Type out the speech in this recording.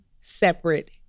separate